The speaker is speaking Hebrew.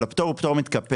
אבל הפטור הוא פטור מתקפל.